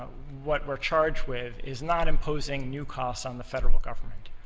what we're charged with is not imposing new costs on the federal government,